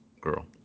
girl